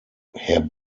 herr